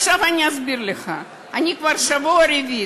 עכשיו אני אסביר לך: אני כבר שבוע רביעי